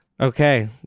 Okay